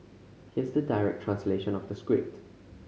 here's the direct translation of the script